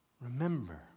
Remember